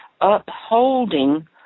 upholding